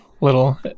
little